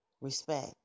Respect